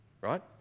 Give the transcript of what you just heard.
right